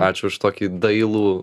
ačiū už tokį dailų